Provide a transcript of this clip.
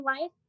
life